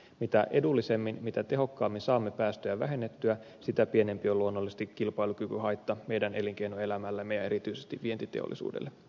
mitä edullisemmin mitä tehokkaammin saamme päästöjä vähennettyä sitä pienempi on luonnollisesti kilpailukyvyn haitta meidän elinkeinoelämällemme ja erityisesti vientiteollisuudelle